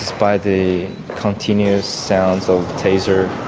by the continuous sounds of taser